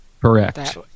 Correct